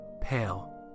Pale